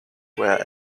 were